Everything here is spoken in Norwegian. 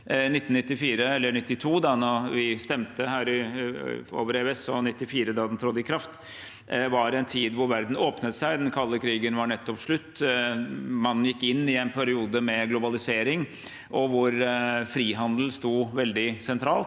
annerledes. 1992, da vi stemte her over EØS, og 1994, da avtalen trådte i kraft, var en tid hvor verden åpnet seg. Den kalde krigen var nettopp slutt. Man gikk inn i en periode med globalisering, og frihandel sto veldig sentralt.